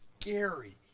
scary